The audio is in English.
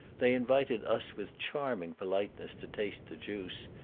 they invited us with charming politeness to taste the juice,